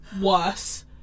worse